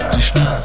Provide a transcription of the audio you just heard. Krishna